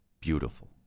beautiful